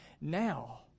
now